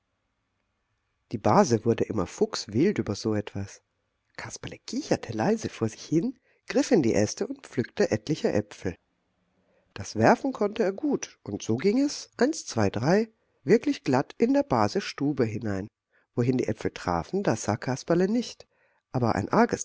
die base wurde immer fuchswild über so etwas kasperle kicherte leise vor sich hin griff in die äste und pflückte etliche äpfel das werfen konnte er gut und so ging es eins zwei drei wirklich glatt in der base stube hinein wohin die äpfel trafen das sah kasperle nicht aber ein